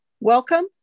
Welcome